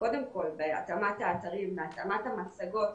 קודם כל בהתאמת האתרים, בהתאמת המצגות.